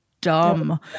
dumb